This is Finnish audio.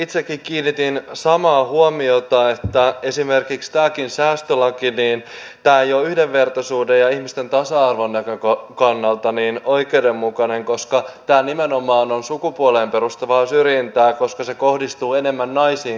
itsekin kiinnitin samaan huomiota että esimerkiksi tämäkään säästölaki ei ole yhdenvertaisuuden ja ihmisten tasa arvon näkökannalta oikeudenmukainen koska tämä nimenomaan on sukupuoleen perustuvaa syrjintää koska se kohdistuu enemmän naisiin kuin miehiin